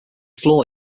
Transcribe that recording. floor